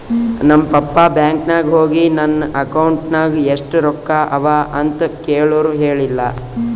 ನಮ್ papa bank ನಾಗ್ ಹೋಗಿ ನನ್ ಅಕೌಂಟ್ ನಾಗ್ ಎಷ್ಟ ರೊಕ್ಕಾ ಅವಾ ಅಂತ್ ಕೇಳುರ್ ಹೇಳಿಲ್ಲ